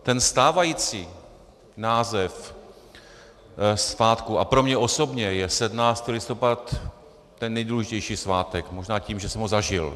Ten stávající název svátku a pro mě osobně je 17. listopad ten nejdůležitější svátek, možná tím, že jsem ho zažil.